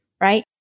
right